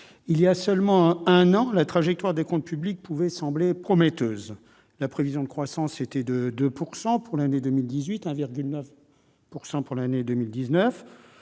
Il y a seulement un an, la trajectoire des comptes publics pouvait sembler prometteuse. La prévision de croissance était de 2 % pour 2018 et de 1,9 % pour 2019.